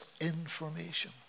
information